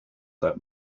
that